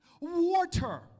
Water